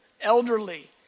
elderly